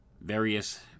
various